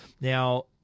Now